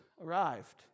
arrived